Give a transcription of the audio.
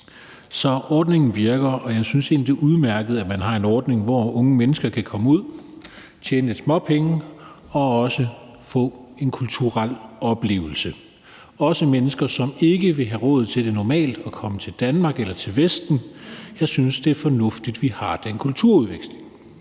så ordningen virker. Jeg synes egentlig, det er udmærket, at man har en ordning, hvor unge mennesker kan komme ud og tjene lidt småpenge og også få en kulturel oplevelse – også mennesker, som normalt ikke vil have råd til at komme til Danmark eller til Vesten. Jeg synes, det er fornuftigt, at vi har den kulturudveksling.